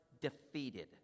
defeated